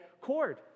cord